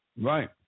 Right